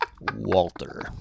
Walter